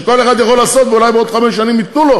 שכל אחד יכול לעשות ואולי בעוד חמש שנים ייתנו לו?